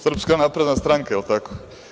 Srpska napredna stranka, jel tako?